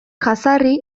jazarri